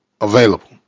available